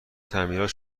تعمیرات